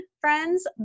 friends